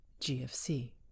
GFC